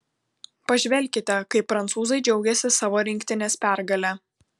pažvelkite kaip prancūzai džiaugėsi savo rinktinės pergale